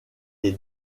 est